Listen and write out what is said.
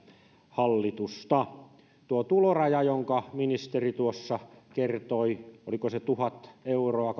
hallitusta ripeydestä tuo tuloraja jonka ministeri tuossa kertoi oliko se tuhatkahdeksankymmentäyhdeksän euroa